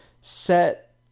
set